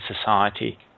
society